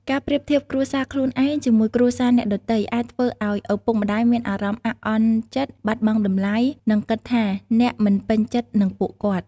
ការប្រៀបធៀបគ្រួសារខ្លួនឯងជាមួយគ្រួសារអ្នកដទៃ អាចធ្វើឲ្យឪពុកម្ដាយមានអារម្មណ៍ អាក់អន់ចិត្ត បាត់បង់តម្លៃ ឬគិតថាអ្នកមិនពេញចិត្តនឹងពួកគាត់។